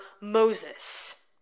moses